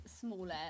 smaller